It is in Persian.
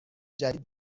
جدید